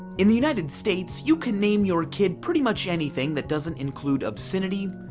in the united states you can name your kid pretty much anything that doesn't include obscenity,